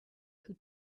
who